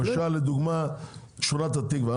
לדוגמה, שכונת התקווה.